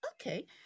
okay